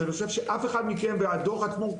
ואני חושב שאף אחד מכם כולל הדוח עצמו,